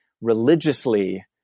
religiously